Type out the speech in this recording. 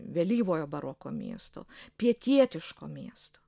vėlyvojo baroko miesto pietietiško miesto